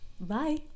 Bye